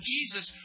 Jesus